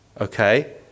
okay